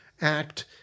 act